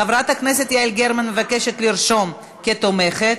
חברת הכנסת יעל גרמן מבקשת לרשום אותה כתומכת,